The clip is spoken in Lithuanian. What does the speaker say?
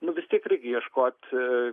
nu vis tiek reikia ieškoti